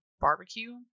barbecue